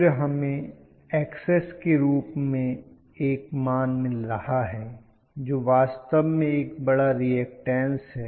फिर हमें Xs के रूप में एक मान मिल रहा है जो वास्तव में एक बड़ा रीऐक्टन्स है